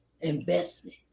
Investment